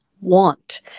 want